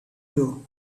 you